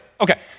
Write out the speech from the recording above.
Okay